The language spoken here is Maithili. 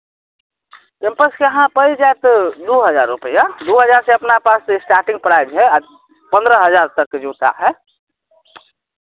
गयो विश्वविद्यालय अथी नालन्दा विश्वविद्यालय भी छै घुमै बला बढ़िऑं जगह ऊँ हँ नालन्दा विश्वविद्यालय